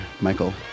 Michael